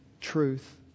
truth